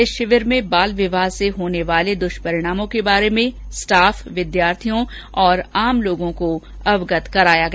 इस शिविर में बाल विवाह से होने वाले द्वष्परिणामों के बारे में स्टाफ विद्यार्थियों और आम लोगों को अवगत करवाया गया